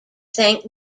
saint